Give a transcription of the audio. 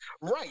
Right